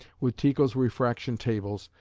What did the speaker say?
with tycho's refraction tables,